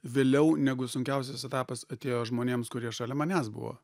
vėliau negu sunkiausias etapas atėjo žmonėms kurie šalia manęs buvo